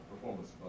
performance